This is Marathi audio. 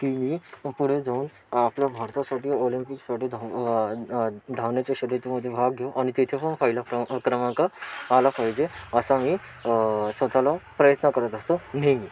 की पुढे जाऊन आपल्या भारतासाठी ऑलिंपिकसाठी धाव धावण्याच्या शर्यतीमध्ये भाग घेऊ आणि तिथे पण पहिला क्र क्रमांक आला पाहिजे असा मी स्वत ला प्रयत्न करत असतो नेहमी